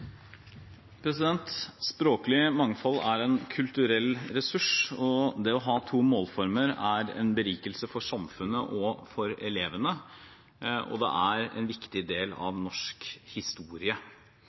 en kulturell ressurs, og det å ha to målformer er en berikelse for samfunnet og for elevene. Det er en viktig del